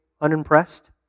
unimpressed